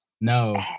No